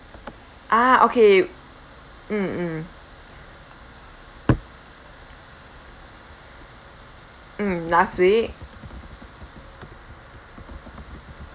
ah okay mm mm mm last week ah